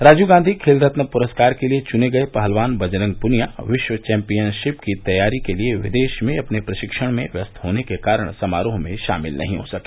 राजीव गांधी खेल रत्न पुरस्कार के लिए चुने गए पहलवान बजरंग पुनिया विश्व चैंपियनशिप की तैयारी के लिए विदेश में अपने प्रशिक्षण में व्यस्त होने के कारण समारोह में शामिल नहीं हो सके